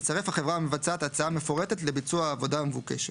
תצרף החברה המבצעת הצעה מפורטת לביצוע העבודה המבוקשת.